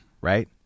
right